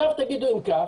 תשאלו אם זה